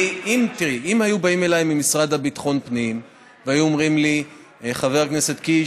אם היו באים אליי מהמשרד לביטחון פנים והיו אומרים לי: חבר הכנסת קיש,